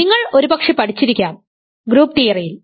നിങ്ങൾ ഒരുപക്ഷേ പഠിച്ചിരിക്കാം ഗ്രൂപ്പ് തിയറിയിൽ